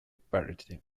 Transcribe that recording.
parity